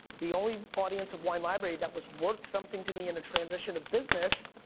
the only audience of wine library that was worth something to me in a transition of business,